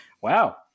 wow